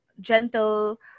gentle